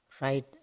right